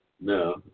No